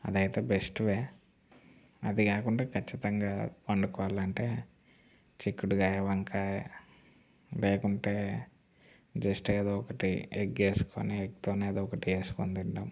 అదయితే best way అది కాకుండా ఖచ్చితంగా వండుకోవాలంటే చిక్కుడుగాయ వంకాయ లేకుంటే జస్ట్ ఏదో ఒకటి ఎగ్ వేసుకొని ఎగ్తోనే ఏదోకటి వేసుకొని తింటాము